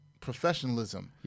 professionalism